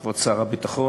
כבוד שר הביטחון,